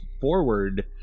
forward